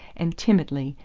and timidly,